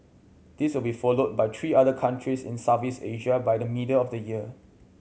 this will be followed by three other countries in Southeast Asia by the middle of the year